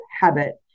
habit